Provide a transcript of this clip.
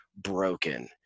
broken